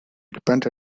repent